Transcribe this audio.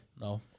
no